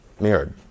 mirrored